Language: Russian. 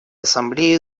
ассамблеи